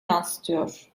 yansıtıyor